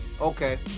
Okay